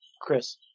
Chris